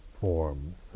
forms